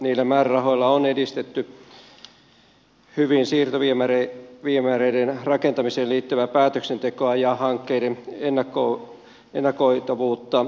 niillä määrärahoilla on edistetty hyvin siirtoviemäreiden rakentamiseen liittyvää päätöksentekoa ja hankkeiden ennakoitavuutta